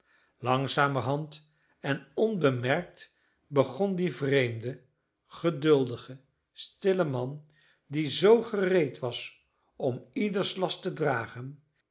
langzamerhand en onbemerkt begon die vreemde geduldige stille man die zoo gereed was om ieders last te dragen